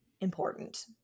important